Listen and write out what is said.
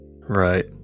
right